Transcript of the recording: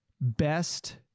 best